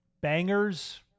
bangers